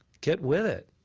get with it.